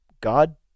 god